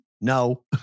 No